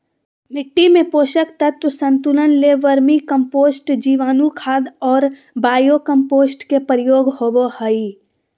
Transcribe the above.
मिट्टी में पोषक तत्व संतुलन ले वर्मी कम्पोस्ट, जीवाणुखाद और बायो कम्पोस्ट के प्रयोग होबो हइ